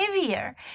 heavier